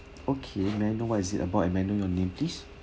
okay may I know what is it about and may I know your name please